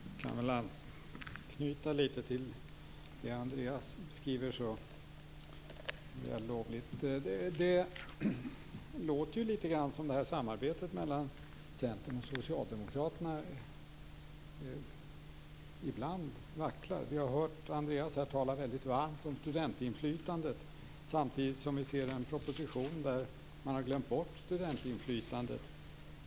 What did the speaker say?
Fru talman! Jag kan anknyta litet till det Andreas Carlgren beskriver så vällovligt. Det låter litet grand som om samarbetet mellan Centern och Socialdemokraterna ibland vacklar. Vi har hört Andreas Carlgren tala mycket varmt om studentinflytande, samtidigt som vi ser en proposition där man har glömt bort studentinflytandet.